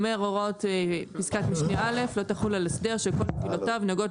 אומר הוראות פסקת משנה א' לא תחול על הסדר שכל כבילותיו נוגעות